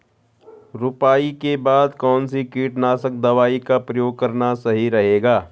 रुपाई के बाद कौन सी कीटनाशक दवाई का प्रयोग करना सही रहेगा?